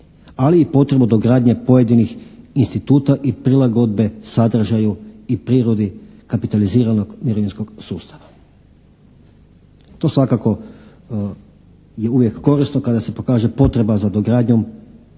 ali i potrebu dogradnje pojedinih instituta i prilagodbe sadržaju i prirodi kapitaliziranog mirovinskog sustava. To svakako je uvijek korisno kada se pokaže potreba za dogradnjom